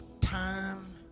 time